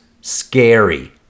Scary